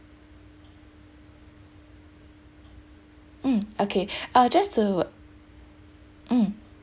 mm okay uh just to mm